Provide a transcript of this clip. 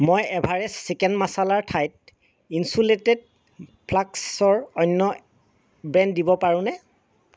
মই Everest chicken মাছলাৰ ঠাইত ইন্চুলেটেড ফ্লাস্কৰ অন্য ব্ৰেণ্ড দিব পাৰোঁনে